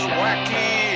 wacky